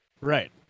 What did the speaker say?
Right